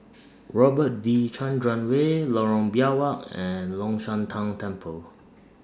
Robert V Chandran Way Lorong Biawak and Long Shan Tang Temple